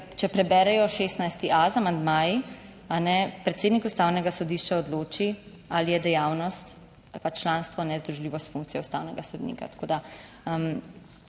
če preberejo 16.a z amandmaji, predsednik Ustavnega sodišča odloči ali je dejavnost ali pa članstvo nezdružljivo s funkcije ustavnega sodnika.